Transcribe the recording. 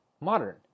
modern